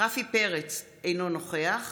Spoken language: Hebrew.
רפי פרץ, אינו נוכח